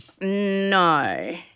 No